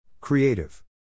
Creative